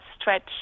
stretch